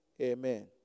Amen